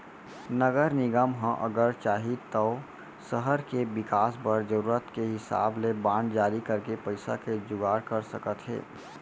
नगर निगम ह अगर चाही तौ सहर के बिकास बर जरूरत के हिसाब ले बांड जारी करके पइसा के जुगाड़ कर सकत हे